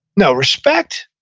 no, respect,